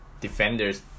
defenders